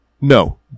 No